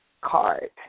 card